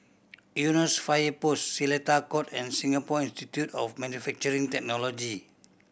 Eunos Fire Post Seletar Court and Singapore Institute of Manufacturing Technology